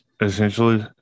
essentially